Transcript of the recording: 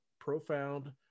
profound